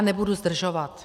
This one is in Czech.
Nebudu zdržovat.